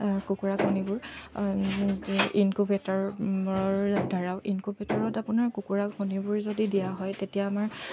কুকুৰা কণীবোৰ ইনকুভেটৰদ্বাৰাও ইনকোভেটৰত আপোনাৰ কুকুৰা কণীবোৰ যদি দিয়া হয় তেতিয়া আমাৰ